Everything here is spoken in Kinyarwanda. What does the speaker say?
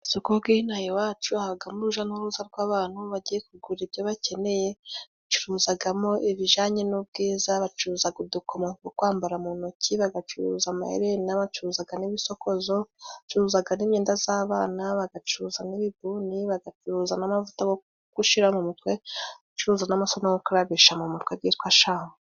Amasoko g'inaha iwacu habagamo uruja n'uruza rw'abantu bagiye kugura ibyo bakeneye, bacuruzagamo ibijanye n'ubwiza bacuruzaga udukoma two kwambara mu ntoki, bagacuruza amaherena, bacuruzaga n'ibisokozo, bacuruzaga imyenda z'abana bagacuruza n'ibibuni, bagacuruza n'amavuta gogushira mu umutwe , bagacuruza n'amasabune go gukarabisha mu mutwe gitwa shampo.